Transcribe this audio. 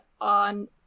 on